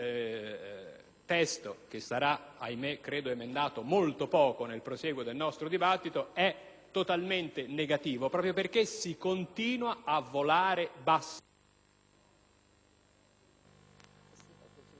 - che sarà purtroppo, credo, emendato molto poco nel prosieguo del nostro dibattito - è totalmente contrario, proprio perché si continua a volare basso,